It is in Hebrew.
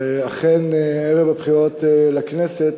אכן, ערב הבחירות לכנסת